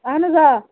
اہن حظ آ